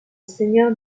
seigneur